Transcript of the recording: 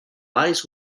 lies